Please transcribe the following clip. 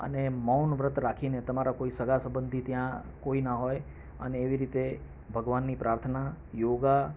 અને મૌન વ્રત રાખીને તમારા કોઈ સગાસંબંધી ત્યાં કોઈ ના હોય અને એવી રીતે ભગવાનની પ્રાર્થના યોગા